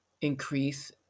increase